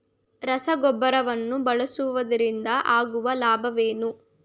ರಸಗೊಬ್ಬರವನ್ನು ಬಳಸುವುದರಿಂದ ಆಗುವ ಲಾಭಗಳೇನು?